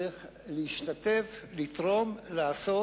צריך להשתתף, לתרום, לעשות,